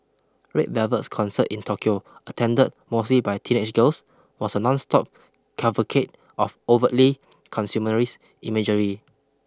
Red Velvet's concert in Tokyo attended mostly by teenage girls was a nonstop cavalcade of overtly consumerist imagery